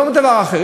לא דבר אחר,